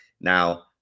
Now